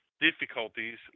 difficulties